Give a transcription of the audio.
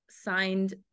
signed